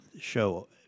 show